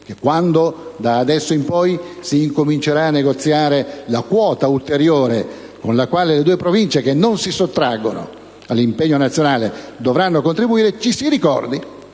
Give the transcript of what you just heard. quando da adesso in poi si incomincerà a negoziare la quota ulteriore con la quale le due Province, che non si sottraggono all'impegno nazionale, dovranno contribuire, ci si ricordi